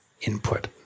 input